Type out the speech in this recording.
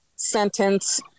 sentence